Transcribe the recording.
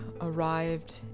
arrived